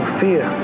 fear